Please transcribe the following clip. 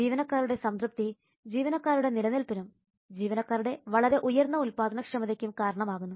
ജീവനക്കാരുടെ സംതൃപ്തി ജീവനക്കാരുടെ നിലനിൽപ്പിനും ജീവനക്കാരുടെ വളരെ ഉയർന്ന ഉൽപ്പാദനക്ഷമതയ്ക്കും കാരണമാകുന്നു